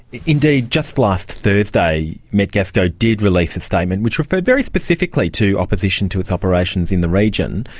indeed. just last thursday metgasco did release a statement which referred very specifically to opposition to its operations in the region.